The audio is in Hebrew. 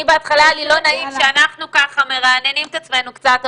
אני בהתחלה היה לי לא נעים שאנחנו ככה מרעננים את עצמנו קצת,